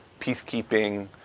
peacekeeping